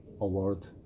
award